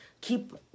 keep